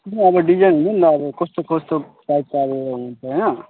तिम्रो अब डिजाइन हुन्छ नि त अब कस्तो कस्तो टाइपको अब हुन्छ होइन